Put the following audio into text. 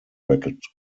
record